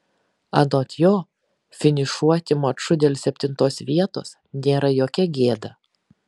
anot jo finišuoti maču dėl septintos vietos nėra jokia gėda